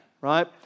right